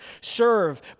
serve